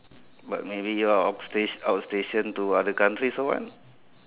but maybe you are out statio~ out station to other countries or what